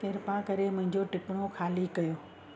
कृपा करे मुंहिंजो टिपिणो ख़ाली कयो